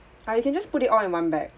ah you can just put it all in one bag